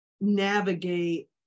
navigate